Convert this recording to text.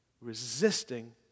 resisting